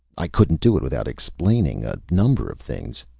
i couldn't do it without explaining a number of things.